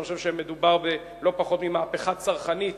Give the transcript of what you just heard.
אני חושב שמדובר בלא פחות ממהפכה צרכנית